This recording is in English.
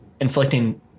inflicting